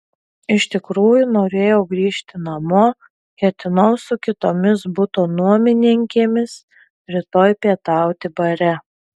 iš tikrųjų norėjau grįžti namo ketinau su kitomis buto nuomininkėmis rytoj pietauti bare